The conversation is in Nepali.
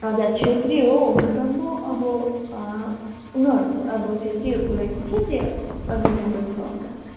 हजुर छेत्री हो हुन त म अब उनीहरूको अब छेत्रीहरूको लागि के चाहिँ अभाइलेबल छ होला